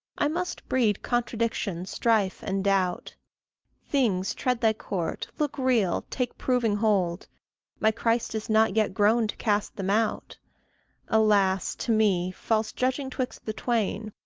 i must breed contradiction, strife, and doubt things tread thy court look real take proving hold my christ is not yet grown to cast them out alas! to me, false-judging twixt the twain,